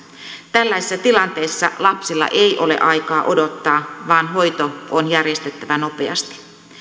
tällaisissa tilanteissa lapsilla ei ole aikaa odottaa vaan hoito on järjestettävä nopeasti